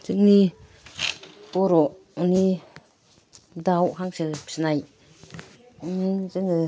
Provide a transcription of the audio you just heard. जोंनि बर'नि दाउ हांसो फिसिनाय जोङो